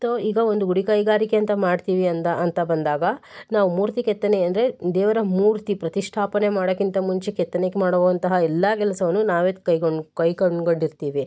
ತೊ ಈಗ ಒಂದು ಗುಡಿ ಕೈಗಾರಿಕೆ ಅಂತ ಮಾಡ್ತೀವಿ ಅಂದ ಅಂತ ಬಂದಾಗ ನಾವು ಮೂರ್ತಿ ಕೆತ್ತನೆ ಅಂದರೆ ದೇವರ ಮೂರ್ತಿ ಪ್ರತಿಷ್ಠಾಪನೆ ಮಾಡೋಕ್ಕಿಂತ ಮುಂಚೆ ಕೆತ್ತನೆಗೆ ಮಾಡುವಂತಹ ಎಲ್ಲ ಕೆಲಸವನ್ನು ನಾವೆ ಕೈಗೊಂಡು ಕೈಕೊಂಡು ಗೊಂಡಿರ್ತೀವಿ